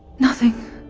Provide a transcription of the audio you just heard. nothing